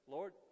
Lord